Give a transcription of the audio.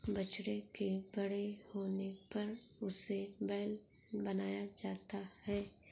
बछड़े के बड़े होने पर उसे बैल बनाया जाता है